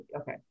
Okay